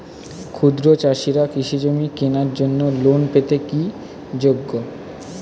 ক্ষুদ্র চাষিরা কৃষিজমি কেনার জন্য লোন পেতে কি যোগ্য?